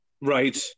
Right